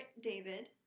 David